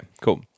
cool